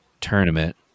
tournament